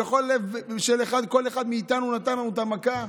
בלב של כל אחד מאיתנו זה נתן את המכה,